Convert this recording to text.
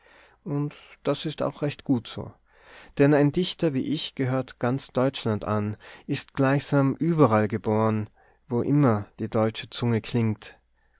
und das ist auch recht gut so denn ein dichter wie ich gehört ganz deutschland an ist gleichsam überall geboren wo immer die deutsche zunge klingt